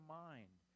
mind